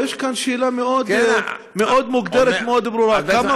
יש כאן שאלה מוגדרת מאוד וברורה מאוד: כמה